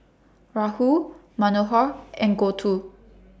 Rahul Manohar and Goutu